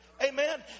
Amen